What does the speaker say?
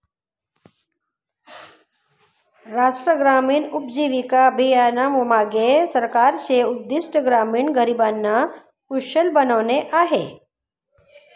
राष्ट्रीय ग्रामीण उपजीविका अभियानामागे सरकारचे उद्दिष्ट ग्रामीण गरिबांना कुशल बनवणे आहे